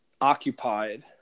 occupied